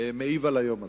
מעיב על היום הזה.